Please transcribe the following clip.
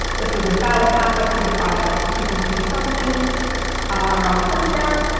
this was about halfway through the project, so you can see some things are on the first strap,